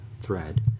thread